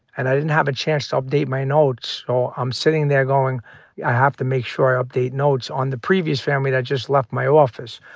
and i didn't have a chance to update my notes, so i'm sitting there going i have to make sure i update notes on the previous family that just left my office,